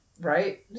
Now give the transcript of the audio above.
Right